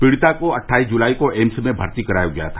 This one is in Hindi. पीड़िता को अट्ठाईस जुलाई को एम्स में भर्ती कराया गया था